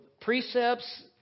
precepts